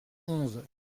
onze